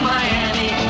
Miami